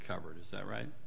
covered is that right